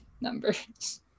numbers